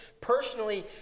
Personally